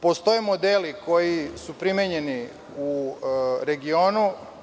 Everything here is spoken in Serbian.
Postoje modeli koji su primenjeni u regionu.